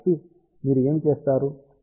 కాబట్టి మీరు ఏమి చేస్తారు